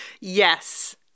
Yes